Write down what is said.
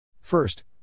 First